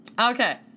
Okay